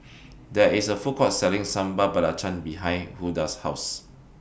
There IS A Food Court Selling Sambal Belacan behind Hulda's House